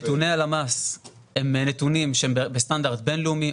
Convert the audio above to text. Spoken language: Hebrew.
נתוני הלמ"ס הם נתונים בסטנדרט בינלאומי,